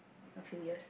a few years